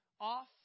off